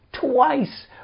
twice